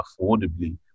affordably